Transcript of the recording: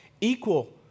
equal